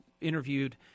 interviewed